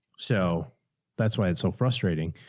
so that's why it's so frustrating.